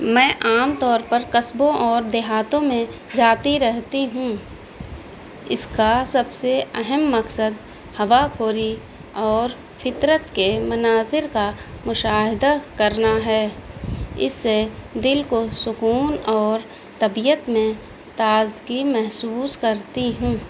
میں عام طور پر قصبوں اور دیہاتوں میں جاتی رہتی ہوں اس کا سب سے اہم مقصد ہوا خوری اور فطرت کے مناظر کا مشاہدہ کرنا ہے اس سے دل کو سکون اور طبیعت میں تازگی محسوس کرتی ہوں